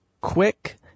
quick